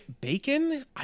bacon